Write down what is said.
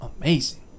amazing